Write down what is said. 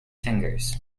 fingers